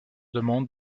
demande